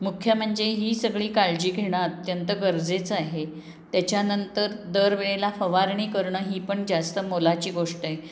मुख्य म्हणजे ही सगळी काळजी घेणं अत्यंत गरजेचं आहे त्याच्यानंतर दरवेळेला फवारणी करणं ही पण जास्त मोलाची गोष्ट आहे